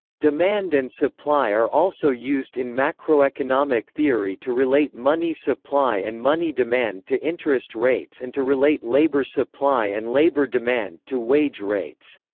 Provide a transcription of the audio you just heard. demand and supply are also used in macroeconomic theory to relate money supply and money demand to interest rates and to relate labor supply and labor demand to wage rates.